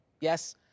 Yes